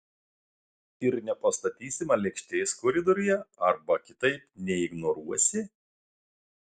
ir nepastatysi man lėkštės koridoriuje arba kitaip neignoruosi